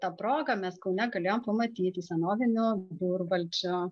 ta proga mes kaune galėjome pamatyti senovinių burlenčių